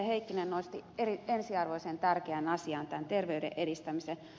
heikkinen nosti esiin ensiarvoisen tärkeän asian terveyden edistämisen